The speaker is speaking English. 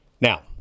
Now